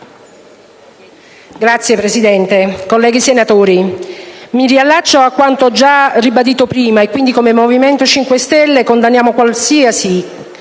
Signor Presidente, colleghi senatori, mi riallaccio a quanto già detto prima, e quindi, come Movimento 5 Stelle, condanniamo qualsiasi